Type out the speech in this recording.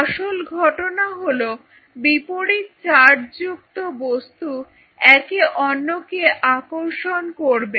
আসল ঘটনা হল বিপরীত চার্জ যুক্ত বস্তু একে অন্যকে আকর্ষণ করবে